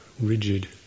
rigid